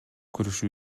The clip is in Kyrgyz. көрүшү